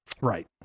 Right